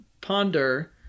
ponder